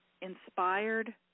inspired